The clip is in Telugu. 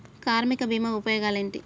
కార్మిక బీమా ఉపయోగాలేంటి?